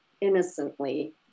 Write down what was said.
innocently